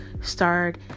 start